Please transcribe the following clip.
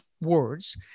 words